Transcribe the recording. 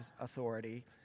authority